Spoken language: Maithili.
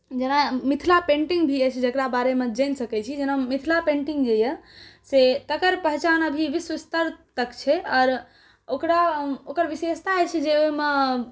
जेना मिथिला पेंटिंग भी अछि जकरा बारे मऽ जानि सकै छी जेना मिथिला पेंटिंग जे यऽ से तकर पहचान अभी विश्व स्तर तक छै और ओकरा ओकर विशेषता जे अछि जे ओइ मऽ